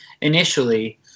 initially